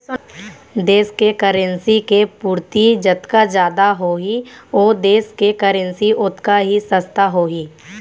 देस के करेंसी के पूरति जतका जादा होही ओ देस के करेंसी ओतका ही सस्ता होही